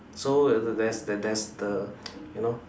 so thats that's the you know